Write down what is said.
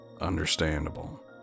Understandable